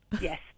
Yes